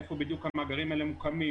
איפה בדיוק המאגרים האלה ממוקמים,